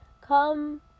Come